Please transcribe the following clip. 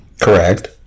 Correct